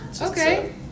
Okay